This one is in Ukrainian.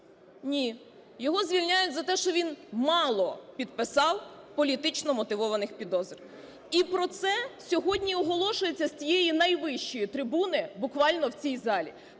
Ні, його звільняють за те, що він мало підписав політично мотивованих підозр. І про це сьогодні оголошується з цієї найвищої трибуни буквально в цій залі,